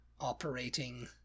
operating